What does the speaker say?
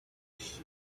wish